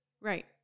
Right